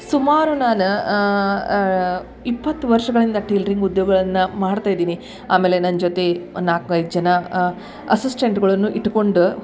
ಸುಮಾರು ನಾನು ಇಪ್ಪತ್ತು ವರ್ಷಗಳಿಂದ ಟೇಲ್ರಿಂಗ್ ಉದ್ಯೋಗಳನ್ನು ಮಾಡ್ತಾ ಇದೀನಿ ಆಮೇಲೆ ನನ್ನ ಜೊತೆ ಒಂದು ನಾಲ್ಕು ಐದು ಜನ ಅಸಿಸ್ಟೆಂಟ್ಗಳನ್ನು ಇಟ್ಕೊಂಡು